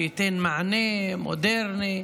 שייתן מענה מודרני,